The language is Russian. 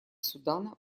судана